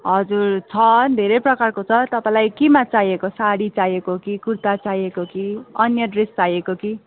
हजुर छ धेरै प्रकारको छ तपाईँलाई केमा चाहिएको साडी चाहिएको कि कुर्ता चाहिएको कि अन्य ड्रेस चाहिएको कि